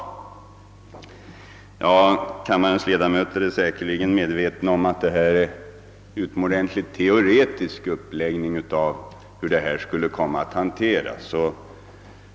Kammarens ledamöter är säkerligen medvetna om att detta är en tämligen teoretisk uppläggning av hur man hanterar detta.